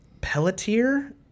Pelletier